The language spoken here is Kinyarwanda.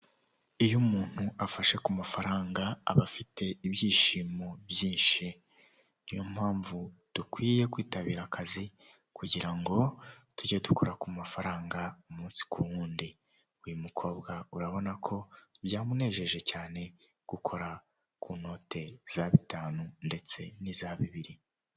Iyo umuntu afashe ku mafaranga aba afite ibyishimo byinshi, niyo mpamvu dukwiye kwitabira akazi kugira ngo tujye dukora ku mafaranga umunsi ku wundi, uyu mukobwa urabona ko byamunejeje cyane gukora ku note za bitanu ndetse n'iza bibiri.